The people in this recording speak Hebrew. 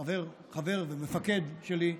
חבר ומפקד שלי,